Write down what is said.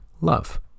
love